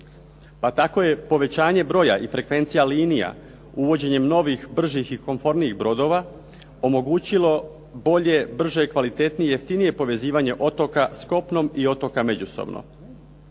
Pa tako je povećanje broja i frekvencija linija uvođenjem novih, bržih i konfornijih brodova omogućilo, bolje, brže, kvalitetnije i jeftinije povezivanje otoka sa kopnom i otoka međusobno,